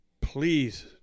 please